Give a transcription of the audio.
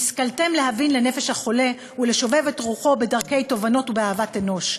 והשכלתם להבין לנפש החולה ולשובב את רוחו בדרכי תובנות ובאהבת אנוש".